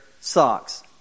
socks